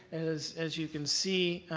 as as you can see,